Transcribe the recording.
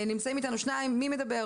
נמצאים איתנו שניים, מי מדבר?